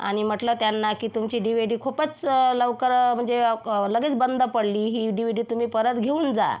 आणि म्हटलं त्यांना की तुमची डी व्ही डी खूपच लवकर म्हणजे लगेच बंद पडली ही डी व्ही डी तुम्ही परत घेऊन जा